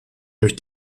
durch